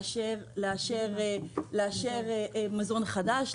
לאשר מזון חדש,